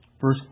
Verse